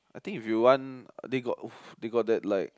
I think if you want they got they got that like